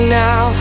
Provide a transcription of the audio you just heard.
now